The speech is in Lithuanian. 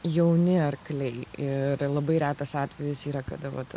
jauni arkliai ir labai retas atvejis yra kada vat